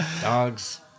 Dogs